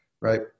right